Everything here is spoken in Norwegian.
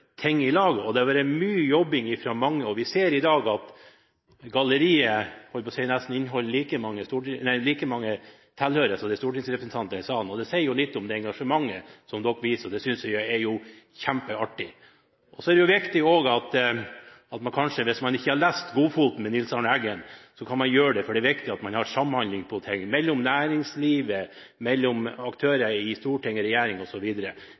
ting i lag. Det har vært mye jobbing fra mange. Vi ser i dag at på galleriet er det nesten like mange tilhørere som det er stortingsrepresentanter i salen, og det sier litt om engasjementet som vises. Det synes jeg er kjempeartig. Hvis man ikke har lest «Godfoten» av Nils Arne Eggen, kan man gjøre det, for det er viktig at man har samhandling om ting mellom aktører i næringslivet, Stortinget, regjering